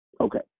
okay